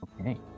Okay